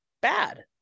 bad